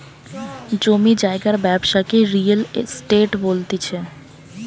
জমি জায়গার ব্যবসাকে রিয়েল এস্টেট বলতিছে